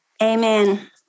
Amen